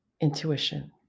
intuition